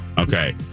Okay